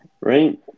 Right